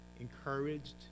encouraged